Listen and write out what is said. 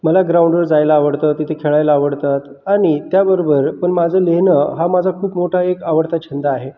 मला ग्राउंडवर जायला आवडतं तिथे खेळायला आवडतात आणि त्याबरोबर पण माझं लिहिणं हा माझा खूप मोठा एक आवडता छंद आहे